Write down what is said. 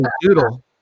Doodle